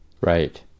Right